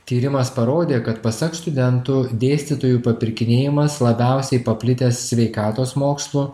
tyrimas parodė kad pasak studentų dėstytojų papirkinėjimas labiausiai paplitęs sveikatos mokslo